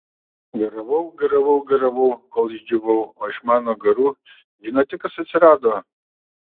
garavau garavau garavau kol išdžiūvau o iš mano garų žinote kas atsirado